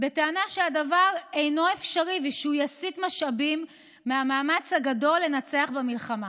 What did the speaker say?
בטענה שהדבר אינו אפשרי ושהוא יסיט משאבים מהמאמץ הגדול לנצח במלחמה,